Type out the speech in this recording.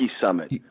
summit